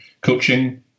coaching